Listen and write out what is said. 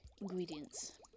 ingredients